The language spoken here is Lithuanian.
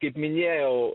kaip minėjau